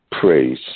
praise